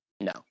No